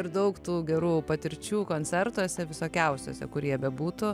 ir daug tų gerų patirčių koncertuose visokiausiuose kur jie bebūtų